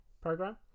program